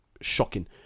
shocking